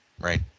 right